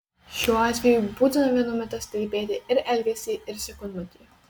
šiuo atveju būtina vienu metu stebėti ir elgesį ir sekundmatį